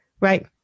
Right